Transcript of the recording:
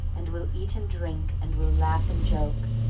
and we'll eat and drink, and we'll laugh and joke,